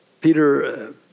Peter